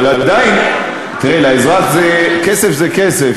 עדיין לאזרח כסף זה כסף,